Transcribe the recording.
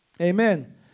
Amen